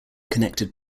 connected